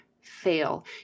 fail